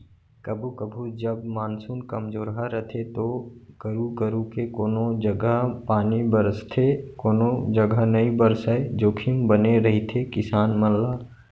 कभू कभू जब मानसून कमजोरहा रथे तो करू करू के कोनों जघा पानी बरसथे कोनो जघा नइ बरसय जोखिम बने रहिथे किसान मन ला